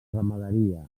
ramaderia